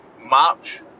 March